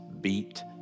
beat